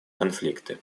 конфликты